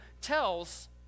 tells